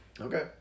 Okay